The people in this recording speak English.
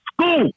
school